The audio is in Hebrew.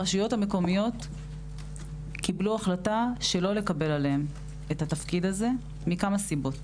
הרשויות המקומיות קיבלו החלטה שלא לקבל עליהן את התפקיד הזה מכמה סיבות